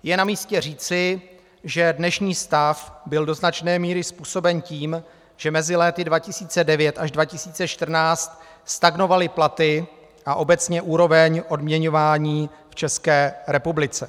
Je namístě říci, že dnešní stav byl do značné míry způsoben tím, že mezi léty 2009 až 2014 stagnovaly platy a obecně úroveň odměňování v České republice.